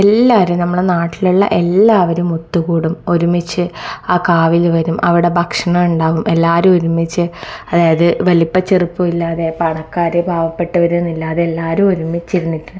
എല്ലാവരും നമ്മളുടെ നാട്ടിലുള്ള എല്ലാവരും ഒത്തുകൂടും ഒരുമിച്ച് ആ കാവിൽ വരും അവിടെ ഭക്ഷണം ഉണ്ടാകും എല്ലാവരും ഒരുമിച്ച് അതായത് വലിപ്പ ചെറുപ്പം ഇല്ലാതെ പണക്കാർ പാവപ്പെട്ടവർ എന്നിലാതെ എല്ലാവരും ഒരുമിച്ചിരുന്നിട്ട്